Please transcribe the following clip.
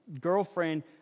girlfriend